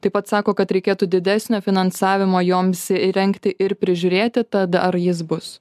taip pat sako kad reikėtų didesnio finansavimo joms įrengti ir prižiūrėti tad ar jis bus